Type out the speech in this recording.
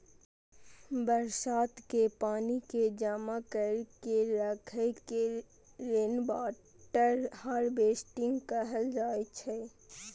बरसात के पानि कें जमा कैर के राखै के रेनवाटर हार्वेस्टिंग कहल जाइ छै